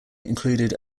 included